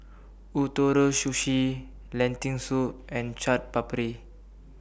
Ootoro Sushi Lentil Soup and Chaat Papri